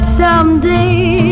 someday